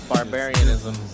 Barbarianism